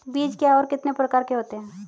बीज क्या है और कितने प्रकार के होते हैं?